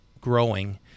growing